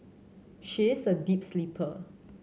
she is a deep sleeper